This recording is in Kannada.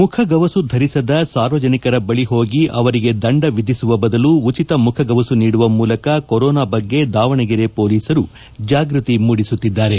ಮುಖಗವಸು ಧರಿಸದ ಸಾರ್ವಜನಿಕರ ಬಳಿ ಹೋಗಿ ಅವರಿಗೆ ದಂಡ ವಿಧಿಸುವ ಬದಲು ಉಚಿತ ಮುಖಗವಸು ನೀಡುವ ಮೂಲಕ ಕೊರೋನಾ ಬಗ್ಗೆ ದಾವಣಗೆರೆ ಪೊಲೀಸರು ಜಾಗೃತಿ ಮೂಡಿಸುತ್ತಿದ್ದಾರೆ